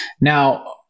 Now